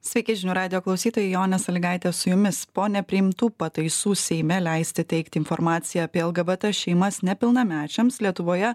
sveiki žinių radijo klausytojai jonė salygaitė su jumis po nepriimtų pataisų seime leisti teikti informaciją apie lgbt šeimas nepilnamečiams lietuvoje